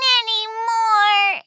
anymore